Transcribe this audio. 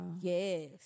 Yes